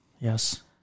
yes